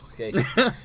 Okay